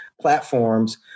platforms